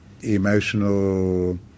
emotional